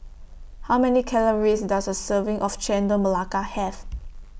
How Many Calories Does A Serving of Chendol Melaka Have